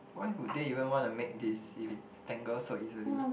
why would they even want to make this if it tangle so easily